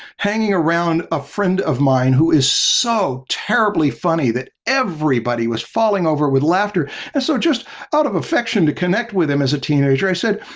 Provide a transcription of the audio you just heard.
hanging around a friend of mine who is so terribly funny that everybody was falling over with laughter. and so, just out of affection to connect with him as a teenager, i said